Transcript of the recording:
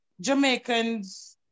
Jamaicans